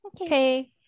Okay